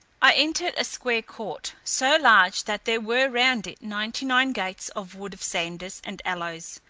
i entered a square court, so large that there were round it ninety-nine gates of wood of sanders and aloes,